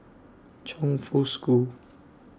Chongfu School